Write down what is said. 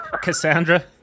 cassandra